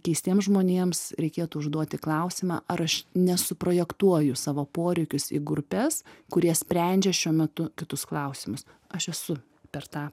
keistiem žmonėms reikėtų užduoti klausimą ar aš nesuprojektuoju savo poreikius į grupes kurie sprendžia šiuo metu kitus klausimus aš esu per tą